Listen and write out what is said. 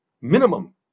minimum